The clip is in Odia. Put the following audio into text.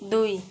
ଦୁଇ